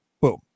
Boom